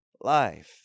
life